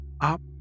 Up